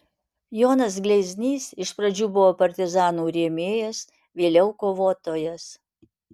jonas gleiznys iš pradžių buvo partizanų rėmėjas vėliau kovotojas